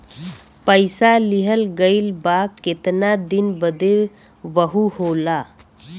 पइसा लिहल गइल बा केतना दिन बदे वहू होला